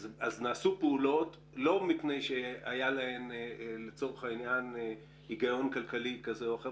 אז נעשו פעולות לא מפני שהיה להן הגיון כלכלי כזה או אחר,